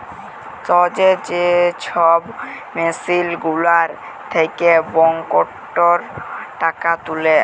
সহজে যে ছব মেসিল গুলার থ্যাকে ব্যাংকটর টাকা তুলে